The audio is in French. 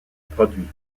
produit